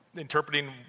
interpreting